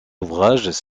ouvrages